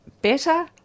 better